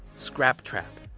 scraptrap.